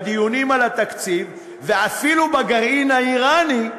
בדיונים על התקציב ואפילו בגרעין האיראני,